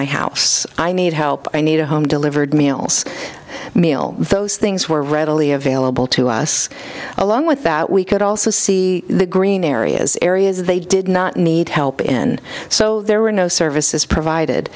my house i need help i need a home delivered meals meal those things were readily available to us along with that we could also see the green in areas areas they did not need help in so there were no services provided